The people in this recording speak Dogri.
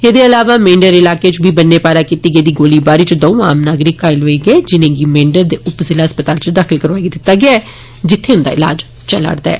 एदे इलावा मेंढर इलाके च बी बन्ने पारा कीती गेदी गोलाबारी च दंऊ आम नागरिक घायल होई गे जिनेंगी मेंढर दे उप जिला अस्पताल च दाखिल कराई दिता गेया ऐ जित्थे उन्दा इलाज चलै करदा ऐ